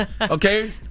okay